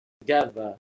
together